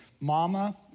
Mama